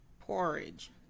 Porridge